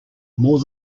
more